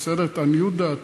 את עניות דעתי.